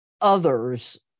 others